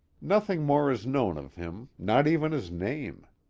nothing more is known of him, not even his name.